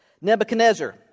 Nebuchadnezzar